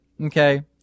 okay